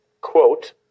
quote